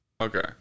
okay